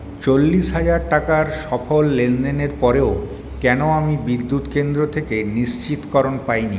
চল্লিশ হাজার টাকার সফল লেনদেনের পরেও কেন আমি বিদ্যুৎ কেন্দ্র থেকে নিশ্চিতকরণ পাইনি